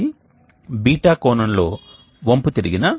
కాబట్టి ఇది ఒక క్షణంలో లేదా కొంత వ్యవధిలో తిరుగుతూనే ఉంటుంది